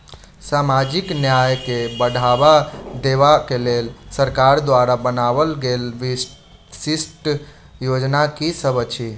सामाजिक न्याय केँ बढ़ाबा देबा केँ लेल सरकार द्वारा बनावल गेल विशिष्ट योजना की सब अछि?